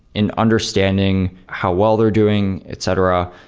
and understanding how well they're doing, etc.